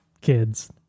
kids